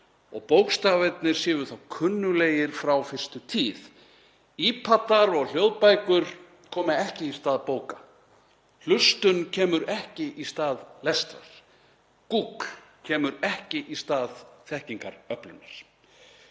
og bókstafirnir séu kunnuglegir frá fyrstu tíð. Ipaddar og hljóðbækur koma ekki í stað bóka. Hlustun kemur ekki í stað lestrar. Gúgl kemur ekki í stað þekkingaröflunar.